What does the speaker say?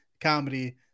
comedy